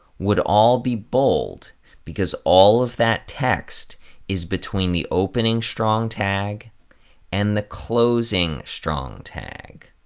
would all be bold because all of that text is between the opening strong tag and the closing strong tag.